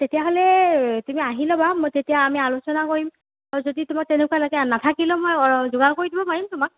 তেতিয়া হ'লে তুমি আহি ল'বা মই তেতিয়া আমি আলোচনা কৰিম আৰু যদি তোমাৰ তেনেকুৱা লাগে নাথাকিলেও মই যোগাৰ কৰি দিব পাৰিম তোমাক